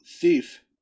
Thief